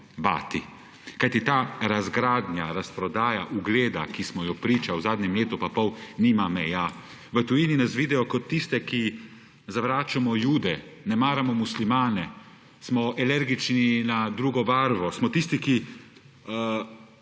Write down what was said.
Kajti ta razgradnja, razprodaja ugleda, ki smo ji priča v zadnjem letu in pol, nima meja. V tujini nas vidijo kot tiste, ki zavračamo Jude, ne maramo muslimane, smo alergični na drugo barvo, smo tisti, ki